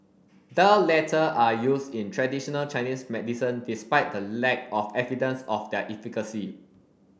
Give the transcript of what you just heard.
the latter are used in traditional Chinese medicine despite the lack of evidence of their efficacy